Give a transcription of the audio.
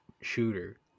Shooter